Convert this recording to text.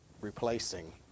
replacing